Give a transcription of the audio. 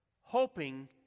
hoping